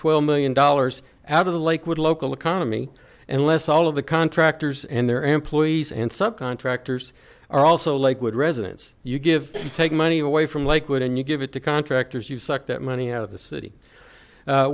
twelve million dollars out of the lakewood local economy and less all of the contractors and their employees and sub contractors are also like wood residents you give you take money away from like wood and you give it to contractors you've sucked that money out of the city